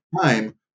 time